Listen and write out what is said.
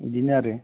बिदिनो आरो